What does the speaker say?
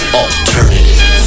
alternative